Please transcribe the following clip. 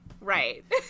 right